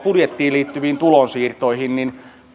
budjettiin liittyviin tulonsiirtoihin niin